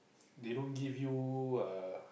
they don't give you uh